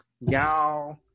y'all